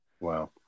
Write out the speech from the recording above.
Wow